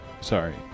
Sorry